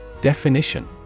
Definition